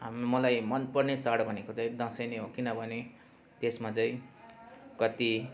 मलाई मन पर्ने चाड भनेको चाहिँ दसैँ नै हो किनभने त्यसमा चाहिँ कति